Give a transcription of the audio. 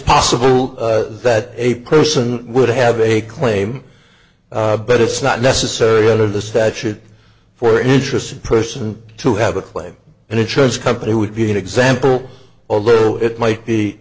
possible that a person would have a claim but it's not necessary under the statute for an interesting person to have a claim and insurance company would be an example although it might be